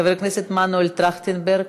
חבר הכנסת מנואל טרכטנברג,